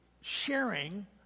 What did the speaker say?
sharing